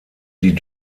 die